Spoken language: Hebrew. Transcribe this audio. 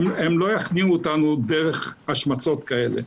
הם לא יכניעו אותנו דרך השמצות כאלה.